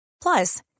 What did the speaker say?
Plus